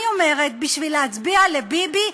אני אומרת: בשביל להצביע לביבי,